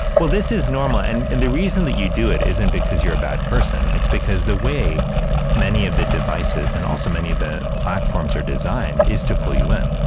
well, this is normal. and the reason that you do it isn't because you're a bad person. it's because the way many of the devices and also many of the platforms are designed is to pull you in.